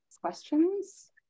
questions